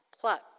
pluck